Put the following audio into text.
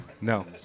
no